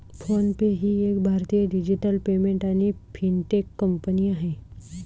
phone पे ही एक भारतीय डिजिटल पेमेंट आणि फिनटेक कंपनी आहे